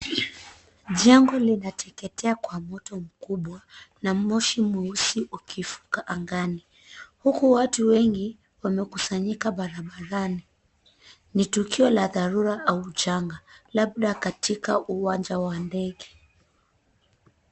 Jengo linateketea kwa moto mkubwa na moshi mweusi ukifuka angani, huku watu wengi wamekusanyika barabarani. Ni tukio la dharura au janga labda katika uwanja wa ndege.